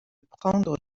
prendre